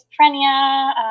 schizophrenia